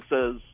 says